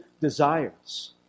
desires